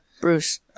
bruce